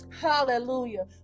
Hallelujah